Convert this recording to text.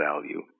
value